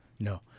No